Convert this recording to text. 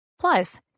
Plus